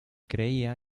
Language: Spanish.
creía